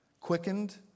quickened